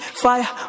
fire